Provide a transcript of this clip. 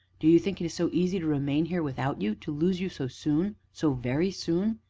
do you think it is so easy to remain here without you to lose you so soon so very soon?